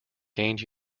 gained